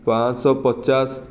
ପାଁଶ ପଚାଶ